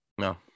No